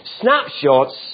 snapshots